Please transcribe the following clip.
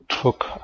took